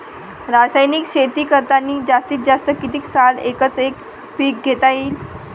रासायनिक शेती करतांनी जास्तीत जास्त कितीक साल एकच एक पीक घेता येईन?